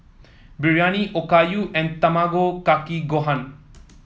Biryani Okayu and Tamago Kake Gohan